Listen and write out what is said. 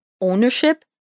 ownership